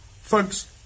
Folks